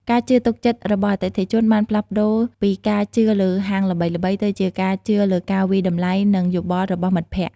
ការជឿទុកចិត្តរបស់អតិថិជនបានផ្លាស់ប្តូរពីការជឿលើហាងល្បីៗ ទៅជាការជឿលើការវាយតម្លៃនិងយោបល់របស់មិត្តភក្តិ។